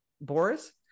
boris